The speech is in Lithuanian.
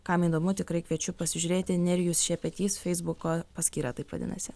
kam įdomu tikrai kviečiu pasižiūrėti nerijus šepetys feisbuko paskyra taip vadinasi